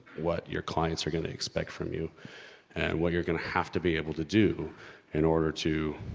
what you're clients are gonna expect from you, and what you're gonna have to be able to do in order to,